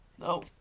No